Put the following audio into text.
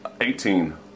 Eighteen